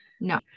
No